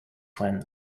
when